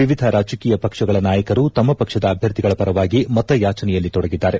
ವಿವಿಧ ರಾಜಕೀಯ ಪಕ್ಷಗಳ ನಾಯಕರು ತಮ್ಮ ಪಕ್ಷದ ಅಭ್ಯರ್ಥಿಗಳ ಪರವಾಗಿ ಮತಯಾಚನೆಯಲ್ಲಿ ತೊಡಗಿದ್ದಾರೆ